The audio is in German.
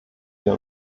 wir